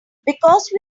because